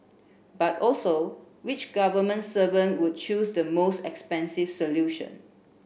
but also which government servant would choose the most expensive solution